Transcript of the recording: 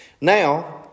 now